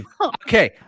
Okay